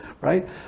right